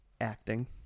acting